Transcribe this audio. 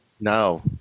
No